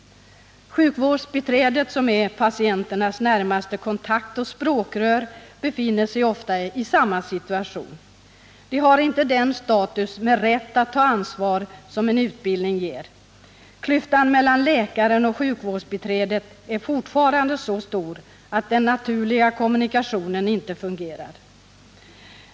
Sjukvårdsbiträdena, som är patienternas närmaste kontakt och språkrör, befinner sig ofta i samma situation. De har inte den status med rätt att ta ansvar som en utbildning ger. Klyftan mellan läkaren och sjukvårdsbiträdet är fortfarande så stor att den naturliga kommunikationen inte fungerar.